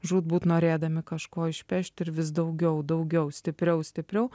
žūtbūt norėdami kažko išpešti ir vis daugiau daugiau stipriau stipriau